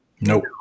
Nope